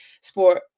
sport